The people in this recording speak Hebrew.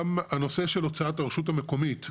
גם הנושא שם הוצאת הרשות המקומית,